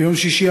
ביום שישי,